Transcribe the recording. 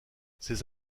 ces